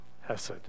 hesed